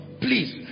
please